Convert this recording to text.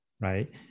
right